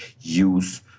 use